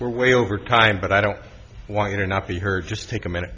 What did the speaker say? we're way over time but i don't want you to not be heard just take a minute